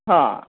हां